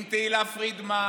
עם תהלה פרידמן,